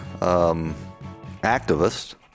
activist